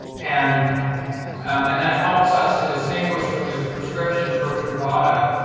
and and that helps us to distinguish when there's a prescription for truvada,